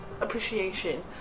appreciation